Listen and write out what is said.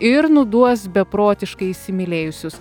ir nuduos beprotiškai įsimylėjusius